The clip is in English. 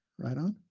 right on.